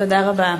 תודה רבה.